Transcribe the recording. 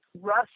Russ